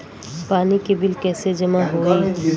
पानी के बिल कैसे जमा होयी?